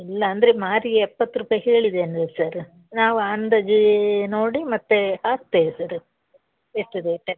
ಇಲ್ಲ ಅಂದರೆ ಮಾರಿಗೆ ಎಪ್ಪತ್ತು ರುಪಾಯ್ ಹೇಳಿದೆ ಅಂದೆ ಸರ್ ನಾವು ಅಂದಾಜು ನೋಡಿ ಮತ್ತು ಹಾಕ್ತೇವೆ ಸರ್ ಎಷ್ಟು ರೇಟ್